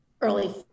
early